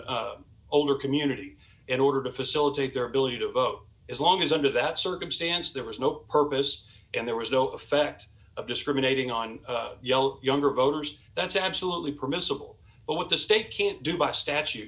older community in order to facilitate their ability to vote as long as under that circumstance there was no purpose and there was no effect of discriminating on younger voters that's absolutely permissible but what the state can't do by statute